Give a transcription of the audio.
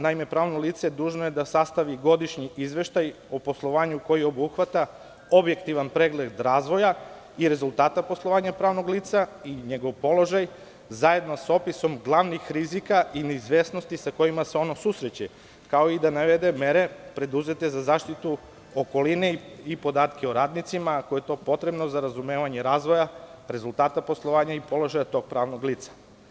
Naime, pravno lice je dužno da sastavi godišnji izveštaj o poslovanju, koji obuhvata objektivan pregled razvoja i rezultata poslovanja pravnog lica i njegov položaj, zajedno sa opisom glavnih rizika i neizvesnosti sa kojima se ono susreće, kao i da navede mere preduzete za zaštitu okoline i podataka o radnicima, ako je to potrebno za razumevanje razvoja rezultata poslovanja i položaja tog pravnog lica.